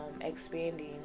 expanding